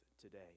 today